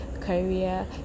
career